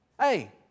Hey